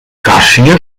càssia